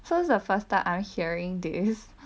so this is the first time I'm hearing this